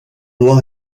noir